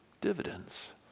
dividends